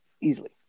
easily